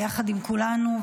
ביחד עם כולנו,